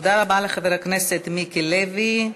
תודה רבה לחבר הכנסת מיקי לוי.